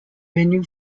venue